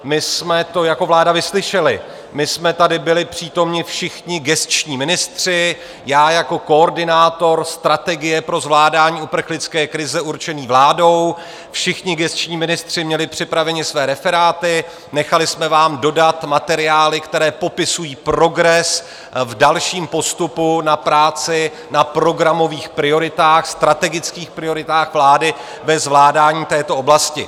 My jsme to jako vláda vyslyšeli, my jsme tady byli přítomni všichni gesční ministři, já jako koordinátor strategie pro zvládání uprchlické krize určený vládou, všichni gesční ministři měli připraveni své referáty, nechali jsme vám dodat materiály, které popisují progres v dalším postupu na práci na programových prioritách, strategických prioritách vlády ve zvládání této oblasti.